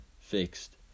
fixed